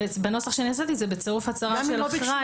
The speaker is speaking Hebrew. בנוסח שאני הצעתי זה בצירוף הצהרה של אחראי.